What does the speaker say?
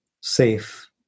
safe